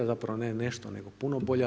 Zapravo ne nešto, nego puno bolja.